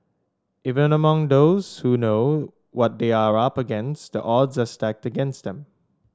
even among those who know what they are up against the odds are stacked against them